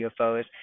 UFOs